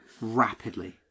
rapidly